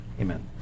Amen